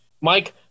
mike